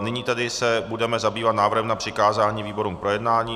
Nyní tedy se budeme zabývat návrhem na přikázání výborům k projednání.